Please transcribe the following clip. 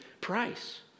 price